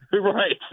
Right